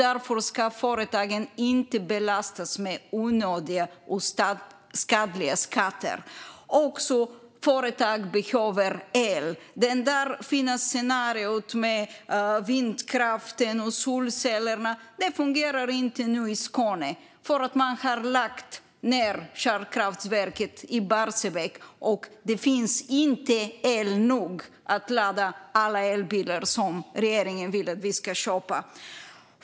Därför ska företagen inte belastas med onödiga och skadliga skatter. Också företag behöver el. Det fina scenariot med vindkraften och solcellerna fungerar inte nu i Skåne. Man har lagt ned kärnkraftverket i Barsebäck, och det finns inte el nog att ladda alla elbilar som regeringen vill att vi ska köpa.